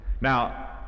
Now